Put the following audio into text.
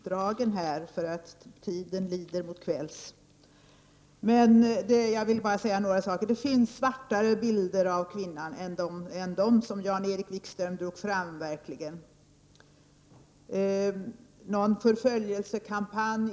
Fru talman! Jag skall inte bli långdragen, eftersom tiden lider mot kvälls. Det finns verkligen svartare bilder av kvinnan än den som Jan-Erik Wikström tog fram. Det är absolut inte någon förföljelsekampanj.